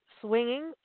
swinging